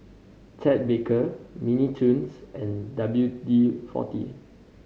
Ted Baker Mini Toons and W D Forty